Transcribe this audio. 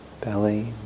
belly